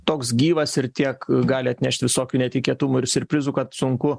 toks gyvas ir tiek gali atnešt visokių netikėtumų ir siurprizų kad sunku